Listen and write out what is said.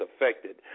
affected